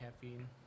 caffeine